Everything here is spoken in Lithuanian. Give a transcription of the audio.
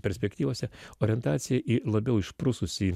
perspektyvose orientacija į labiau išprususį